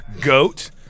Goat